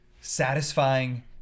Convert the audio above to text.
satisfying